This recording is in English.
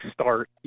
start